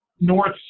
North